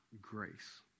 grace